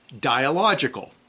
dialogical